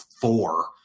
four